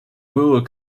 whole